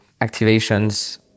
activations